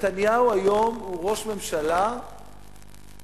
נתניהו היום הוא ראש ממשלה שנתיים